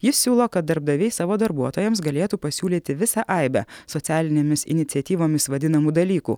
jis siūlo kad darbdaviai savo darbuotojams galėtų pasiūlyti visą aibę socialinėmis iniciatyvomis vadinamų dalykų